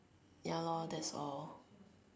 ya lor that's all